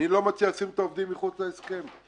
לשים את העובדים מחוץ להסכם.